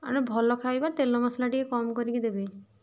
ଭଲ ଖାଇବା ତେଲ ମସଲା ଟିକେ କମ୍ କରିକି ଦେବେ